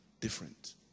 different